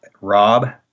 Rob